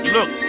Look